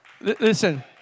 Listen